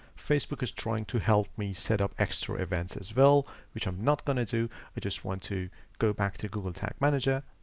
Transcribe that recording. facebook is trying to help me set up extra events as well, which i'm not going to do. i just want to go back to google tag manager,